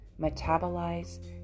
metabolize